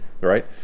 Right